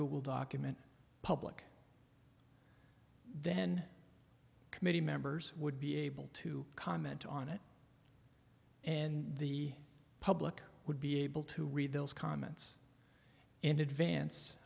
google document public then committee members would be able to comment on it and the public would be able to read those comments in advance